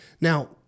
Now